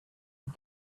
had